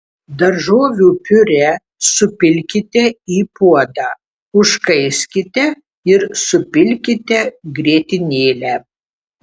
daržovių piurė supilkite į puodą užkaiskite ir supilkite grietinėlę